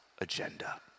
agenda